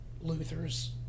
Luther's